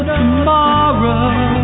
tomorrow